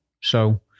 So-